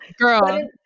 girl